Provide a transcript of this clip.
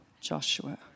Joshua